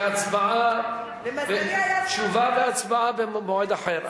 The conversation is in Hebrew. שתשובה והצבעה במועד אחר,